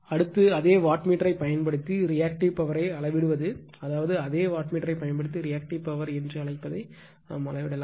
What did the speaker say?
அடுத்து அதே வாட் மீட்டரைப் பயன்படுத்தி ரியாக்டிவ் பவர்யை அளவிடுவது அதாவது அதே வாட் மீட்டரைப் பயன்படுத்தி ரியாக்டிவ் பவர் என்று அழைப்பதை அளவிடலாம்